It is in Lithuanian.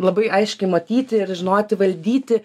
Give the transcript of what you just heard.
labai aiškiai matyti ir žinoti valdyti